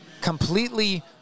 completely